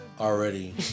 already